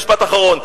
משפט אחרון.